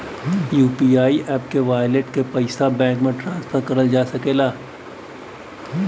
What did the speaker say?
UPI app के wallet क पइसा बैंक में ट्रांसफर करल जा सकला